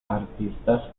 artistas